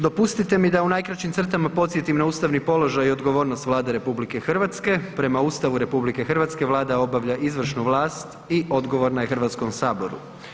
Dopustite mi da u najkraćim crtama podsjetim na ustavni položaj i odgovornost Vlade RH, prema Ustavu RH Vlada obavlja izvršnu vlast i odgovorna je Hrvatskome saboru.